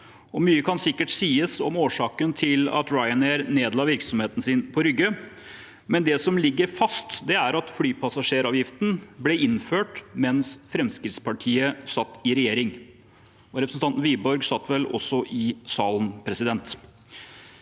Mye kan sikkert sies om årsaken til at Ryanair nedla virksomheten sin på Rygge, men det som ligger fast, er at flypassasjeravgiften ble innført mens Fremskrittspartiet satt i regjering, og representanten Wiborg satt vel også i salen. Det